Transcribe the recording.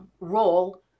role